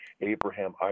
Abraham